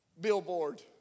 billboard